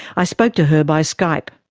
i spoke to her by skype.